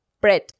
bread